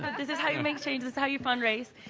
but this is how you make changes, how you fundraise.